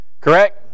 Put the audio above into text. correct